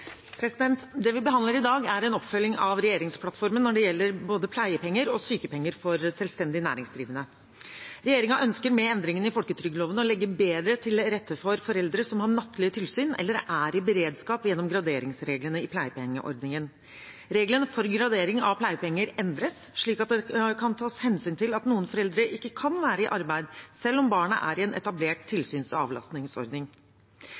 en oppfølging av regjeringsplattformen når det gjelder både pleiepenger og sykepenger for selvstendig næringsdrivende. Regjeringen ønsker med endringen i folketrygdloven å legge bedre til rette for foreldre som har nattlige tilsyn eller er i beredskap, gjennom graderingsreglene i pleiepengeordningen. Reglene for gradering av pleiepenger endres, slik at det kan tas hensyn til at noen foreldre ikke kan være i arbeid selv om barna er i en etablert